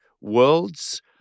worlds